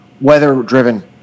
weather-driven